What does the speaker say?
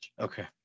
Okay